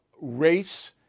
race